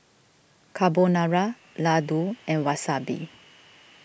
Carbonara Ladoo and Wasabi